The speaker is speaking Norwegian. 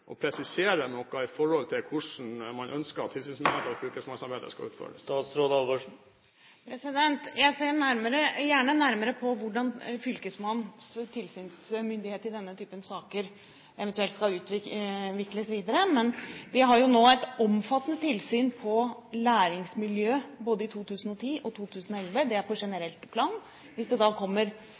presisere noe i forhold til hvordan man ønsker at tilsynsmyndigheten og fylkesmannsarbeidet skal utføres? Jeg ser gjerne nærmere på hvordan fylkesmannens tilsynsmyndighet i denne type saker eventuelt skal utvikles videre, men vi har nå et omfattende tilsyn på læringsmiljøet i både 2010 og 2011. Det er på generelt plan. Hvis det kommer